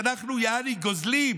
שאנחנו יעני גוזלים,